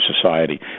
society